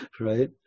Right